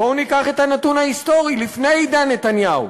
בואו ניקח את הנתון ההיסטורי, לפני עידן נתניהו.